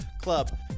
Club